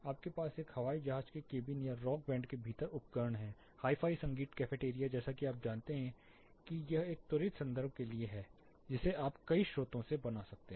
आपके पास एक हवाई जहाज के केबिन या रॉक बैंड के भीतर उपकरण हैं हाई फाई संगीत कैफेटेरिया जैसे कि आप जानते हैं कि यह एक त्वरित संदर्भ के लिए है जिसे आप कई स्रोतों से बना सकते हैं